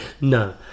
No